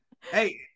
Hey